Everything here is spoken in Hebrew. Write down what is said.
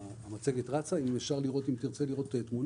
במצגת אפשר גם לראות איך זה נראה